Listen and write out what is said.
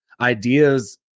ideas